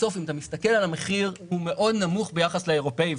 בסוף המחיר מאוד נמוך ביחס לאירופאי.